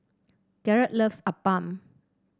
Garrett loves appam